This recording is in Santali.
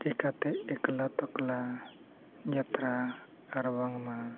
ᱪᱮᱠᱟᱛᱮ ᱮᱠᱞᱟ ᱛᱚᱠᱞᱟ ᱡᱟᱛᱛᱨᱟ ᱟᱨ ᱵᱟᱝᱢᱟ